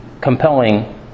compelling